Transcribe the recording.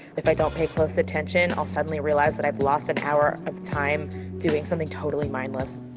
if i don't pay close attention, i'll suddenly realize that i've lost an hour of time doing something totally mindless.